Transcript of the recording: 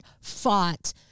fought